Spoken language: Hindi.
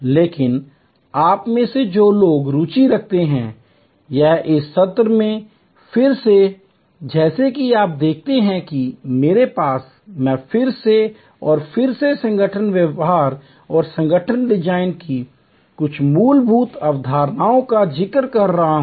लेकिन आप में से जो लोग रुचि रखते हैं यह इस सत्र में फिर से है जैसा कि आप देखते हैं कि मेरे पास मैं फिर से और फिर से संगठन के व्यवहार और संगठन डिजाइन की कुछ मूलभूत अवधारणाओं का जिक्र कर रहा हूँ